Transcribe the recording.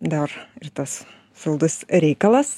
dar ir tas saldus reikalas